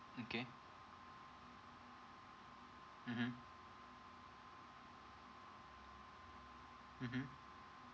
okay mmhmm